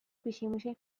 küsimusi